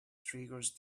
triggers